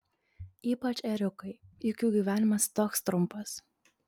ypač ėriukai juk jų gyvenimas toks trumpas